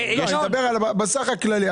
אני מדבר על הסך הכללי.